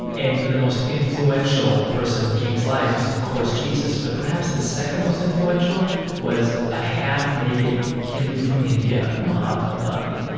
and the most influential person in king's life is, of course, jesus. but perhaps the second most influential was a half-naked hindu from india, mahatma gandhi.